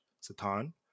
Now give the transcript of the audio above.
Satan